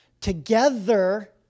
together